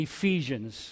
Ephesians